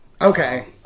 Okay